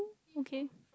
okay